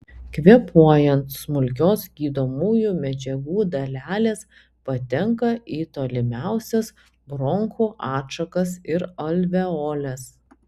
kvėpuojant smulkios gydomųjų medžiagų dalelės patenka į tolimiausias bronchų atšakas ir alveoles